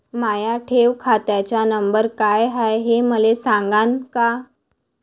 माया ठेव खात्याचा नंबर काय हाय हे मले सांगान का?